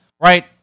Right